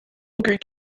greek